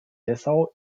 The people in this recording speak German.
dessau